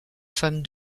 femme